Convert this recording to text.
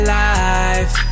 life